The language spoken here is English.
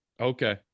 Okay